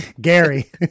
Gary